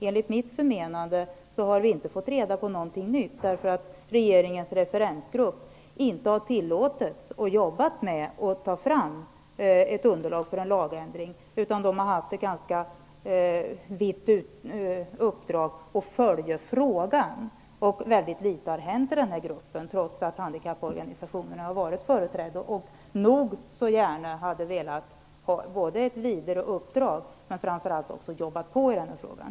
Enligt mitt förmenande har vi inte fått reda på någonting nytt därför att regeringens referensgrupp inte har tillåtits att arbeta med att ta fram ett underlag för en lagändring. Den har haft ett ganska vitt uppdrag och följer frågan. Väldigt litet har hänt i den här gruppen, trots att handikapporganisationerna har varit företrädda och så gärna hade velat ha ett vidare uppdrag och få arbeta med frågan.